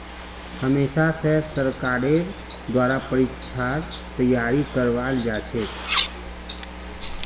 हमेशा स सरकारेर द्वारा परीक्षार तैयारी करवाल जाछेक